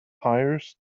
hires